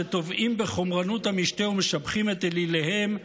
שטובעים בחומרנות המשתה ומשבחים את אליליהם,